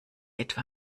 etwa